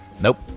Nope